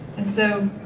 and so,